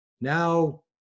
Now